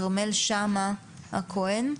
כרמל שאמה הכהן,